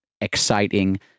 exciting